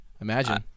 imagine